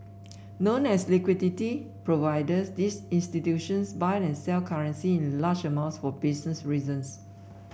known as liquidity providers these institutions buy and sell currency in large amounts for business reasons